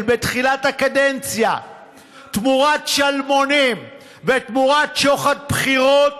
בתחילת הקדנציה תמורת שלמונים ותמורת שוחד בחירות,